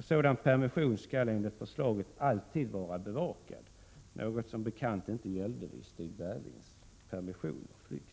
Sådana permissioner skall alltid vara bevakade. Detta gällde som bekant inte vid Stig Berglings permission och flykt.